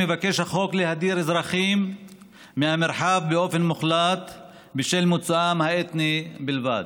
מבקש החוק להדיר אזרחים מהמרחב באופן מוחלט בשל מוצאם האתני בלבד.